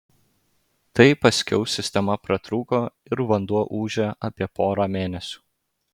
tai paskiau sistema pratrūko ir vanduo ūžė apie porą mėnesių